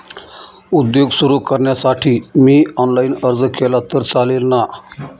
उद्योग सुरु करण्यासाठी मी ऑनलाईन अर्ज केला तर चालेल ना?